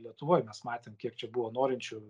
lietuvoj mes matėm kiek čia buvo norinčių